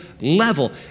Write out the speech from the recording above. level